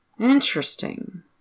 interesting